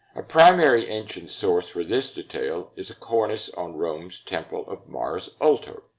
a primary ancient source for this detail is a cornice on rome's temple of mars ultor,